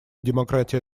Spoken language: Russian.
демократия